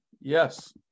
Yes